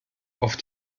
auf